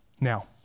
Now